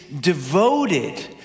devoted